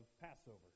Passover